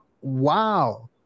wow